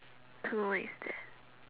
don't know what is that